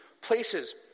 places